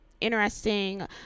interesting